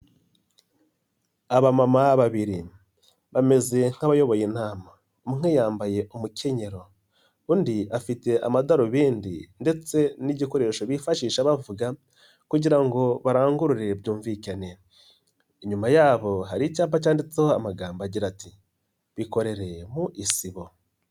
Aba mama babiri bameze nk'abayoboye inama umwe yambaye umukenyero undi afite amadarubindi ndetse n'igikoresho bifashisha bavuga kugira ngo barangurure byumvikane, inyuma yabo hari icyapa cyanditseho amagambo agira ati "bikoreye mu isibo".